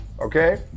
Okay